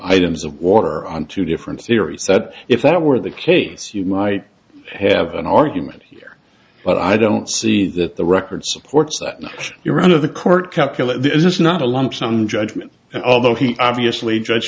items of water on two different theories that if that were the case you might have an argument here but i don't see that the record supports that not your run of the court calculate this is not a lump sum judgment and although he obviously judge